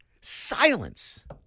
Silence